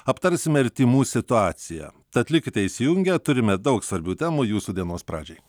aptarsime ir tymų situaciją tad likite įsijungę turime daug svarbių temų jūsų dienos pradžiai